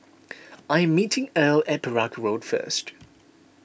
I am meeting Earle at Perak Road first